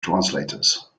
translators